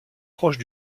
proche